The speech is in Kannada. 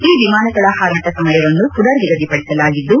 ಈ ವಿಮಾನಗಳ ಹಾರಾಟ ಸಮಯವನ್ನು ಪುನರ್ ನಿಗದಿ ಪಡಿಸಲಾಗಿದ್ದು